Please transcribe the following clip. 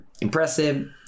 impressive